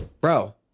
bro